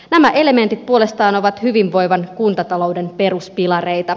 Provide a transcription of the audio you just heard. nämä elementit puolestaan ovat hyvinvoivan kuntatalouden peruspilareita